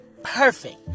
perfect